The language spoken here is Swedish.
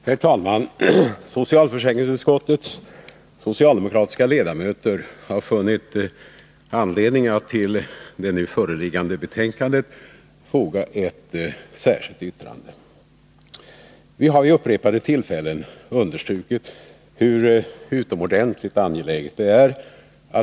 Herr talman! Vi har vid upprepade tillfällen understrukit hur utomordentligt angeläget det är att den offentliga vården tillförs tillgängliga läkarresurser.